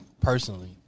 personally